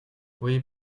oui